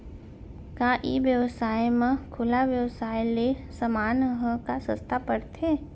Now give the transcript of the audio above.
का ई व्यवसाय म खुला व्यवसाय ले समान ह का सस्ता पढ़थे?